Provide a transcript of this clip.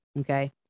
okay